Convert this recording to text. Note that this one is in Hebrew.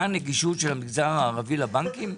מה הנגישות של המגזר הערבי לבנקים?